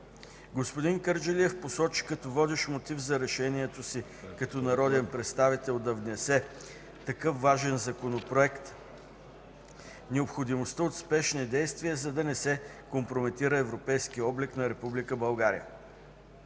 господин Кърджалиев посочи като водещ мотив за решението си като народен представител да внесе такъв важен законопроект необходимостта от спешни действия, за да не се компрометира европейският облик на Република